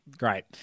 Great